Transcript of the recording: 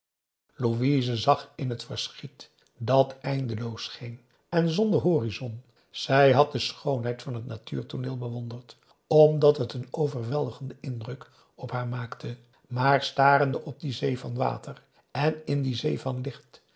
louise zag in het verschiet dat eindeloos scheen en zonder horizon zij had de schoonheid van het natuurtooneel bewonderd omdat het een overweldigenden indruk op haar maakte maar starende op die zee van water en in die zee van licht